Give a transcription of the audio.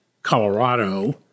Colorado